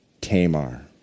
Tamar